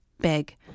big